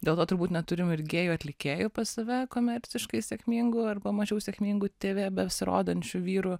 dėl to turbūt neturim ir gėjų atlikėjų pas save komerciškai sėkmingu arba mažiau sėkmingų tv besirodančių vyrų